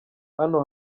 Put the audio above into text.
hano